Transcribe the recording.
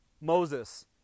Moses